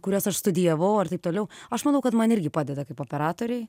kuriuos aš studijavau ar taip toliau aš manau kad man irgi padeda kaip operatorei